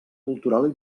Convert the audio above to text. cultural